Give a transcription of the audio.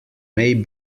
may